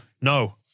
No